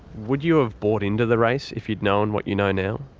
would you have bought into the race if you'd known what you know now?